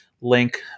link